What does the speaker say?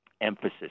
emphasis